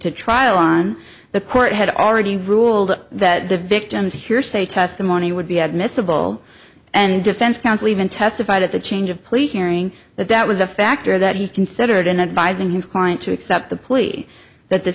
to trial on the court had already ruled that the victim's hearsay testimony would be admissible and defense counsel even testified at the change of police hearing that that was a factor that he considered in advising his client to accept the plea that the